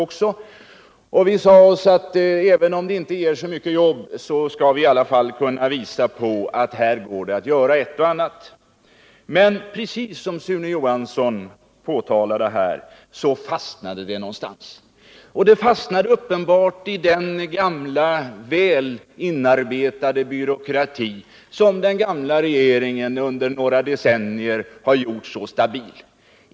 Vi sade oss också att även om projektet inte skapade så många jobb, så kunde vi med det påvisa att det gick att göra ett och annat åt situationen. Men precis som Sune Johansson påtalade här, så fastnade projektet någonstans. Det fastnade uppenbarligen i den gamla, väl inarbetade byråkrati som den socialdemokratiska regeringen under några decennier gjort så stabil.